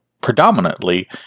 predominantly